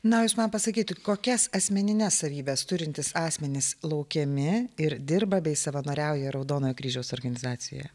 na jūs man pasakyti kokias asmenines savybes turintys asmenys laukiami ir dirba bei savanoriauja raudonojo kryžiaus organizacijoje